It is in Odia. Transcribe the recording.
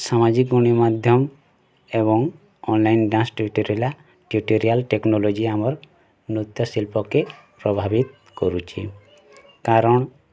ସାମାଜିକ୍ ଗଣମାଧ୍ୟମ୍ ଏବଂ online dance tutorial tutorial technology ଆମର୍ ନୃତ୍ୟ ଶିଲ୍ପକେ ପ୍ରଭାବିତ୍ କରୁଛି କାରଣ୍